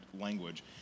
language